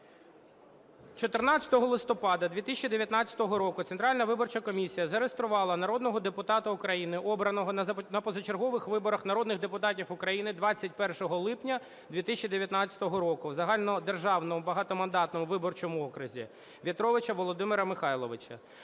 14 листопада 2019 року Центральна виборча комісія зареєструвала народного депутата України, обраного на позачергових виборах народних депутатів України 21 липня 2019 року в загальнодержавному багатомандатному виборчому окрузі, В'ятровича Володимира Михайловича,